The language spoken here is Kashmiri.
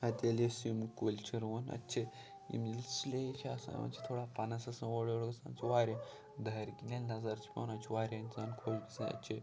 اَتہِ ییٚلہِ أسۍ یِم کُلۍ چھِ رُووان اَتہِ چھِ یِم ییٚلہِ سُلے چھِ آسان یِمن چھُ تھوڑا پَنَس آسان اورٕ یورٕ گَژھان اتہِ چھُ واریاہ دارِ کِنۍ ییٚلہِ نظر چھِ پیٚوان اَتہِ چھُ واریاہ اِنسان خۄش گژھان اَتہِ چھِ